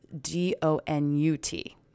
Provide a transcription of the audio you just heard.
D-O-N-U-T